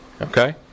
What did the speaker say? Okay